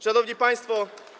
Szanowni Państwo!